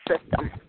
system